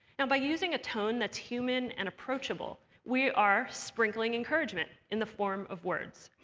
and by using a tone that's human and approachable, we are sprinkling encouragement in the form of words.